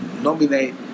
nominate